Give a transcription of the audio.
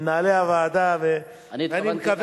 ומנהלי הוועדה, אני התכוונתי,